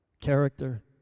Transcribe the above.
character